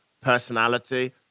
personality